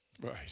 Right